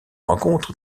rencontre